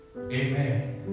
Amen